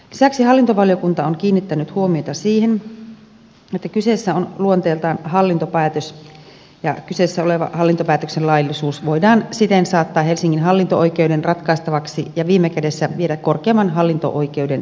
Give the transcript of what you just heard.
lisäksi hallintovaliokunta on kiinnittänyt huomiota siihen että kyseessä on luonteeltaan hallintopäätös ja kyseessä oleva hallintopäätöksen laillisuus voidaan siten saattaa helsingin hallinto oikeuden ratkaistavaksi ja viime kädessä vielä korkeimman hallinto oikeuden päätettäväksi